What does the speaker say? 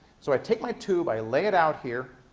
so i take my tube. i lay it out here.